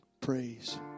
praise